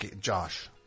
Josh